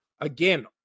again